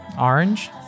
orange